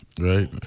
right